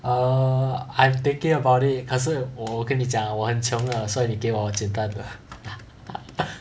err I'm thinking about it 可是我跟你讲我很穷了所以你给我简单的